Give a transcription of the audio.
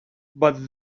but